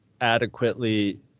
adequately